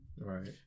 Right